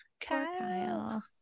Kyle